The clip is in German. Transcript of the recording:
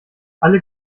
alle